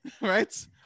Right